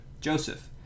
Joseph